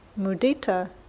mudita